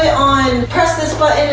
on, press this button,